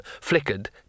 flickered